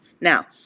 Now